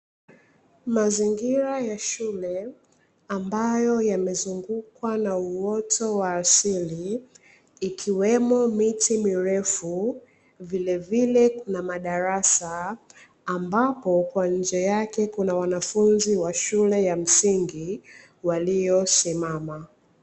Mazingira ya shule ambayo yamezungukwa na uoto wa asili ikiwemo, miti mirefu; vilevile kuna madarasa ambapo kwa nje kuna wanafunzi wa shule ya msingi waliosimama.